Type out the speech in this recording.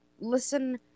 listen